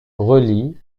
relie